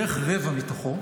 בערך רבע מתוכו,